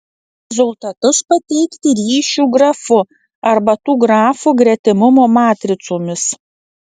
rezultatus pateikti ryšių grafu arba tų grafų gretimumo matricomis